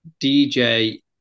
DJ